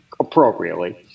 appropriately